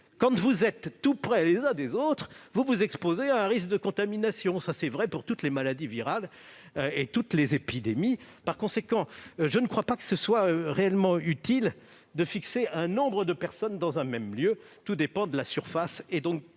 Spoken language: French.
Quand vous êtes proches les uns des autres, vous vous exposez à un risque de contamination ; c'est vrai pour toutes les maladies virales et pour toutes les épidémies. Par conséquent, il ne me semble pas utile de fixer un nombre de personnes dans un même lieu : tout dépend de la surface